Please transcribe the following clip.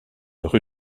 rue